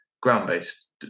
ground-based